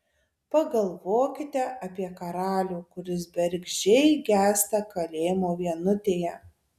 pagalvokite apie karalių kuris bergždžiai gęsta kalėjimo vienutėje